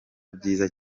byiza